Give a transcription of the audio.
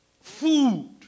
Food